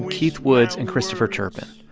keith woods and christopher turpin.